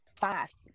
fast